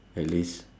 at least